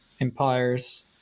empires